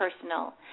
personal